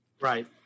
Right